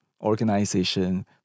organization